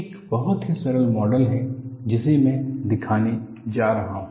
एक बहुत ही सरल मॉडल है जिसे मैं दिखाने जा रहा हूं